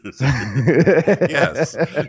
Yes